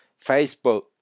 Facebook